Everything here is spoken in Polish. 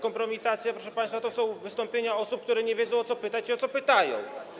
Kompromitacja, proszę państwa, to są wystąpienia osób, które nie wiedzą, o co pytać i o co pytają.